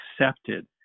accepted